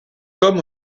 comme